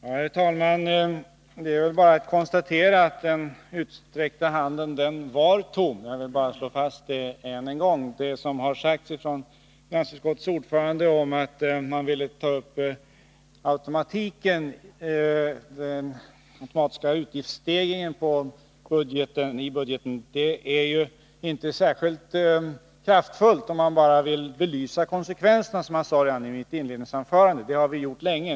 Herr talman! Det är väl bara att konstatera att den utsträckta handen var tom. Jag vill slå fast detta än en gång. Det finansutskottets ordförande sade om att man ville ta upp den automatiska utgiftsstegringen i budgeten är ju, som jag sade redan i mitt inledningsanförande, inte särskilt kraftfullt, om det bara är fråga om att belysa konsekvenserna. Det har vi gjort länge.